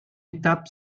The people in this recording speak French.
étape